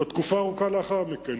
עוד תקופה ארוכה לאחר מכן,